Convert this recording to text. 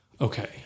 okay